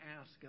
ask